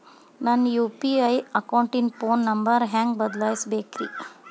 ನನ್ನ ಯು.ಪಿ.ಐ ಅಕೌಂಟಿನ phone number ಹೆಂಗ್ ಬದಲಾಯಿಸ ಬೇಕ್ರಿ?